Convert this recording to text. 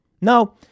No